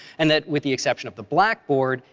and that, with the exception of the blackboard,